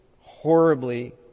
horribly